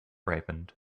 ripened